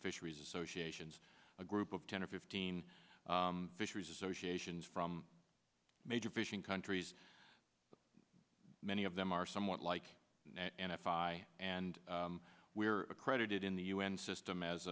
fisheries associations a group of ten or fifteen fisheries associations from major fishing countries many of them are somewhat like nephi and we're accredited in the u n system